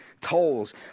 tolls